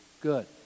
good